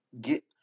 get